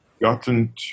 gotten